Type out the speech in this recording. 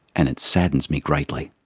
and it saddens me greatly.